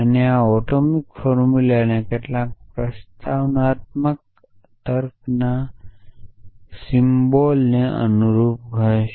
અને આ atomic formula કેટલાક પ્રસ્તાવનાત્મક તર્કમાં પ્રસ્તાવનાત્મક સિમ્બોલને અનુરૂપ હશે